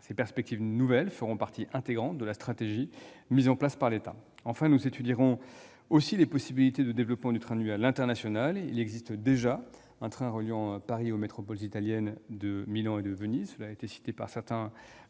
Ces perspectives feront partie intégrante de la stratégie mise en place par l'État. Nous étudierons aussi les possibilités de développement du train de nuit à l'international. Il existe déjà un train reliant Paris aux métropoles italiennes de Milan et de Venise